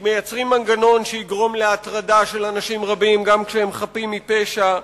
מייצרים מנגנון שיגרום להטרדה של אנשים רבים גם כשהם חפים מפשע.